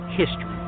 history